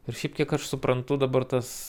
ir šiaip kiek aš suprantu dabar tas